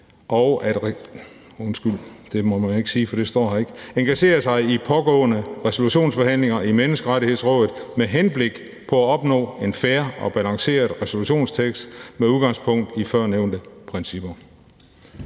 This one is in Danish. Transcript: - Engagere sig i pågående resolutionsforhandlinger i Menneskerettighedsrådet med henblik på at opnå en fair og balanceret resolutionstekst med udgangspunkt i førnævnte principper.«